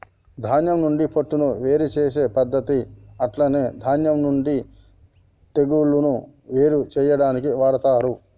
ధాన్యం నుండి పొట్టును వేరు చేసే పద్దతి అట్లనే ధాన్యం నుండి తెగులును వేరు చేయాడానికి వాడతరు